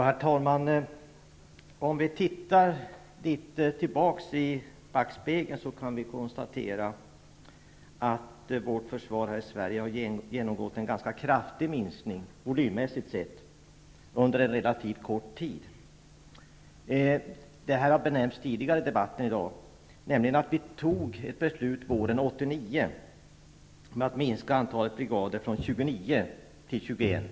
Herr talman! Om vi tittar något i backspegeln, kan vi konstatera att försvaret genomgått en ganska kraftig minskning, volymmässigt sett, under en relativt kort tid. Det har berörts tidigare i debatten i dag att vi tog ett beslut våren 1989 om att minska antalet brigader från 29 till 21.